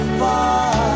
far